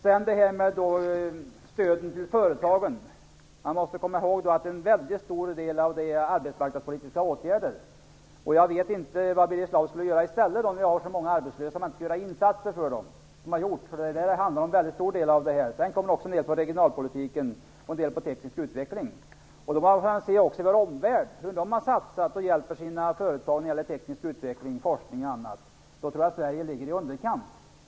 Beträffande stöden till företagen måste man komma ihåg att en väldigt stor del av dem utgörs av arbetsmarknadspolitiska åtgärder. Jag vet inte vad Birger Schlaug skulle göra i stället när vi har så många arbetslösa om inte insatser för dem. Till en väldigt stor del handlar det här om det. När det gäller regionalpolitiken och teknisk utveckling får man också se hur vår omvärld hjälper sina företag och satsar på teknisk utveckling, forskning och annat. Jag tror att Sverige där ligger i underkant.